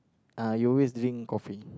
uh you always drink coffee